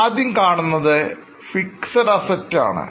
ആദ്യം കാണുന്നത് Fixed Assets ആണ്